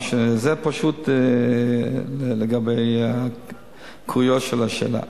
זה פשוט לגבי הקוריוז של השאלה.